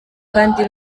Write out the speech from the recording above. kandi